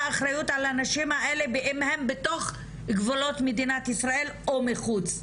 אחריות על הנשים האלה אם הן בתוך גבולות מדינת ישראל או מחוץ.